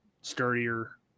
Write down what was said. sturdier